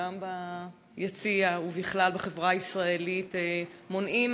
גם ביציע ובכלל בחברה הישראלית מונעים